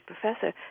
professor